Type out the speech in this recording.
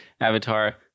Avatar